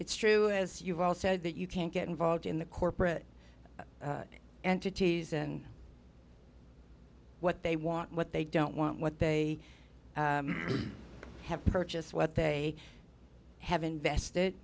it's true as you've all said that you can't get involved in the corporate entities and what they want what they don't want what they have purchased what they have invested